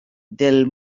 del